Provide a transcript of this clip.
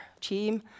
team